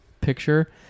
picture